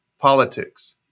politics